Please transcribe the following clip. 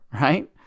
right